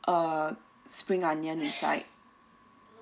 uh spring onion inside